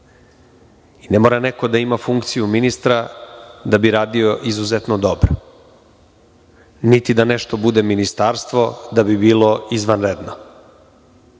i ne mora neko da ima funkciju ministra da bi radio izuzetno dobro, niti da nešto bude ministarstvo, da bi bilo izvanredno. Kamo